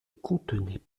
contenait